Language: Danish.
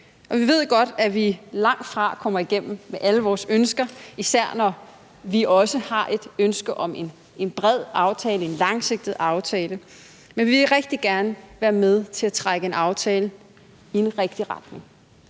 vi ved godt, at vi langtfra kommer igennem med alle vores ønsker, især når vi også har et ønske om en bred aftale, en langsigtet aftale, men vi vil rigtig gerne være med til at trække en aftale i den rigtige retning.